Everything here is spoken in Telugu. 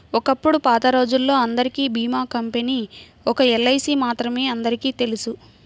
ఒకప్పుడు పాతరోజుల్లో అందరికీ భీమా కంపెనీ ఒక్క ఎల్ఐసీ మాత్రమే అందరికీ తెలుసు